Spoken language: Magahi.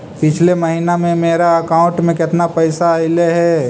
पिछले महिना में मेरा अकाउंट में केतना पैसा अइलेय हे?